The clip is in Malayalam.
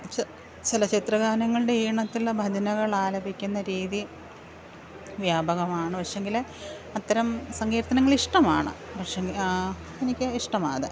ചലച്ചിത്രഗാനങ്ങളുടെ ഈണത്തിൽ ഭജനകൾ ആലപിക്കുന്ന രീതി വ്യാപകമാണ് പക്ഷെയെങ്കിൽ അത്തരം സങ്കീർത്തനങ്ങൾ ഇഷ്ടമാണ് പക്ഷെ എനിക്ക് ഇഷ്ടമാണ് അത്